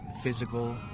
physical